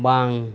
ᱵᱟᱝ